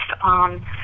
on